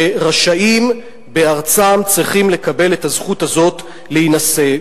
שרשאים בארצם, צריכים לקבל את הזכות הזאת להינשא.